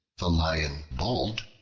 the lion bold,